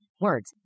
Words